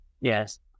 Yes